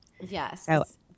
Yes